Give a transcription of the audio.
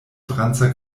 franca